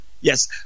Yes